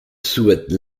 souhaite